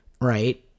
right